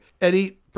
Eddie